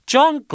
John